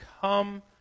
come